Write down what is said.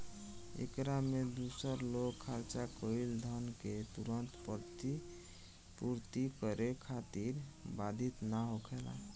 एकरा में दूसर लोग खर्चा कईल धन के तुरंत प्रतिपूर्ति करे खातिर बाधित ना होखेला